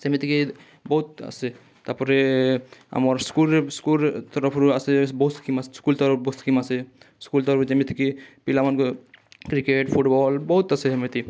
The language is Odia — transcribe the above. ସେମିତିକି ବହୁତ ଆସେ ତାପରେ ଆମର୍ ସ୍କୁଲ୍ରେ ସ୍କୁଲ୍ରେ ତରଫରୁ ଆସେ ବହୁତ ସ୍କିମ୍ ସ୍କୁଲ୍ ତରଫରୁ ଆସେ ସ୍କୁଲ୍ ତରଫରୁ ଯେମିତିକି ପିଲା ମାନଙ୍କୁ କ୍ରିକେଟ୍ ଫୁଟବଲ୍ ବହୁତ ଆସେ ହେମିତି